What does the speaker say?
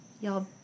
Y'all